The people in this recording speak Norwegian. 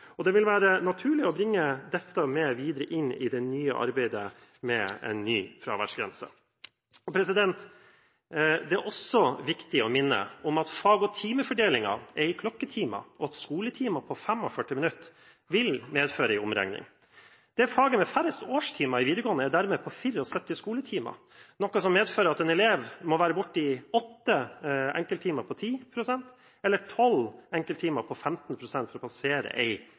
og det vil være naturlig å bringe dette med seg inn i det videre arbeidet med en ny fraværsgrense. Det er også viktig å minne om at fag- og timefordelingen er i klokketimer, og at skoletimer på 45 minutter vil medføre en omregning. Det faget med færrest årstimer i videregående skole er dermed på 74 skoletimer, noe som medfører at en elev må være borte i åtte enkelttimer på 10 pst. eller tolv enkelttimer på 15 pst. for å passere